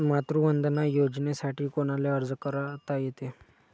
मातृवंदना योजनेसाठी कोनाले अर्ज करता येते?